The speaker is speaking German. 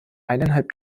eineinhalb